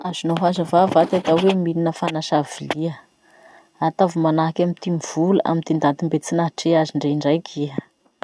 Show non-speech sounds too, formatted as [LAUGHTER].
Azonao hazavà [NOISE] va ty atao hoe milina fanasà [NOISE] vilia? Ataovy manahaky amy ty mivola amy ty ndaty mbo tsy nahatrea azy ndre indraiky iha.